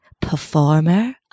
performer